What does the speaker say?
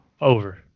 Over